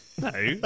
no